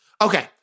Okay